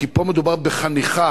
כי פה מדובר בחניכה